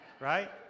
Right